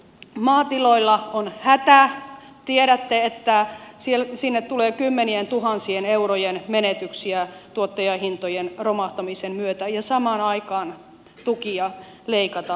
maatiloilla on hätä tiedätte että sinne tulee kymmenientuhansien eurojen menetyksiä tuottajahintojen romahtamisen myötä ja samaan aikaan tukia leikataan